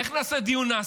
איך נעשה דיון?